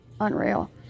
unreal